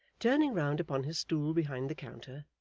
turning round upon his stool behind the counter,